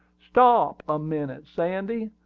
stop a minute, sandy,